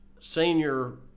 senior